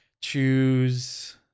choose